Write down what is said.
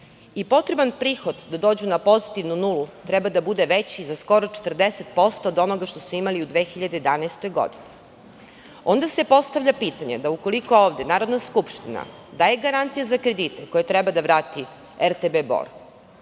Potreban prihod da dođu na pozitivnu nulu, treba da bude veći za skoro 40%, od onoga što su imali u 2011. godini. Onda se postavlja pitanje, da ukoliko ovde Narodna skupština daje garancije za kredite koje treba da vrati RTB Bor,